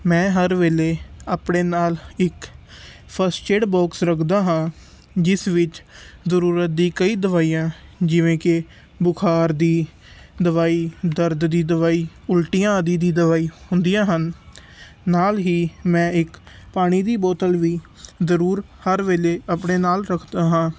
ਮੈਂ ਹਰ ਵੇਲੇ ਆਪਣੇ ਨਾਲ ਇੱਕ ਫਰਸਟ ਏਡ ਬੋਕਸ ਰੱਖਦਾ ਹਾਂ ਜਿਸ ਵਿੱਚ ਜ਼ਰੂਰਤ ਦੀ ਕਈ ਦਵਾਈਆਂ ਜਿਵੇਂ ਕਿ ਬੁਖਾਰ ਦੀ ਦਵਾਈ ਦਰਦ ਦੀ ਦਵਾਈ ਉਲਟੀਆਂ ਆਦਿ ਦੀ ਦਵਾਈ ਹੁੰਦੀਆਂ ਹਨ ਨਾਲ ਹੀ ਮੈਂ ਇੱਕ ਪਾਣੀ ਦੀ ਬੋਤਲ ਵੀ ਜ਼ਰੂਰ ਹਰ ਵੇਲੇ ਆਪਣੇ ਨਾਲ ਰੱਖਦਾ ਹਾਂ